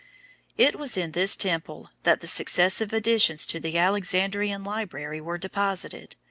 it was in this temple that the successive additions to the alexandrian library were deposited,